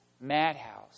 madhouse